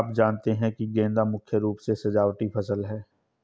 आप जानते ही है गेंदा मुख्य रूप से सजावटी फसल है